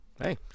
hey